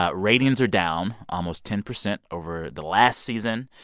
ah ratings are down almost ten percent over the last season.